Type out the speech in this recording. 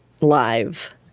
live